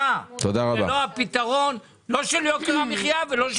פתאום הפכתם את זה לעידוד תעסוקה, זה יריתם את